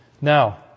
Now